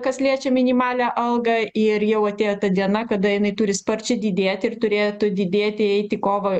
kas liečia minimalią algą ir jau atėjo ta diena kada jinai turi sparčiai didėti ir turėtų didėti eit į kovą